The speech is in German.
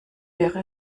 wäre